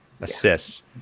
assists